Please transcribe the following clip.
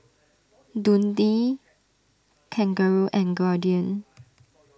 Dundee Kangaroo and Guardian